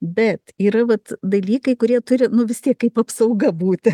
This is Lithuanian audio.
bet yra vat dalykai kurie turi nu vis tiek kaip apsauga būti